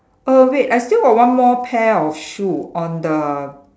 err wait I still got one more pair of shoe on the